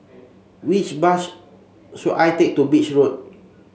which bus should I take to Beach Road